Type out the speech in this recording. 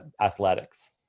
athletics